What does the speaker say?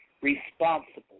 responsible